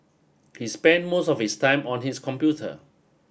he spent most of his time on his computer